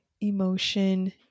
Emotion